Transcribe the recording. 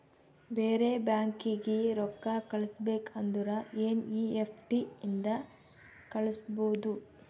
ಬೇರೆ ಬ್ಯಾಂಕೀಗಿ ರೊಕ್ಕಾ ಕಳಸ್ಬೇಕ್ ಅಂದುರ್ ಎನ್ ಈ ಎಫ್ ಟಿ ಇಂದ ಕಳುಸ್ಬೋದು